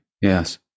yes